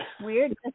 weird